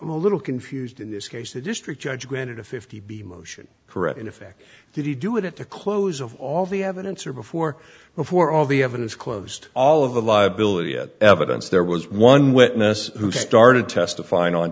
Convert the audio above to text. a little confused in this case the district judge granted a fifty b motion for it in effect did he do it at the close of all the evidence or before before all the evidence closed all of the liability that evidence there was one witness who started testifying on